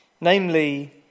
namely